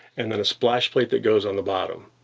and then a splash plate that goes on the bottom.